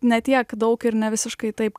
ne tiek daug ir ne visiškai taip